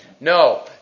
No